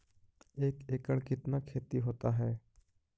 एक एकड़ कितना खेति होता है?